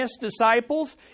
disciples